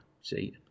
See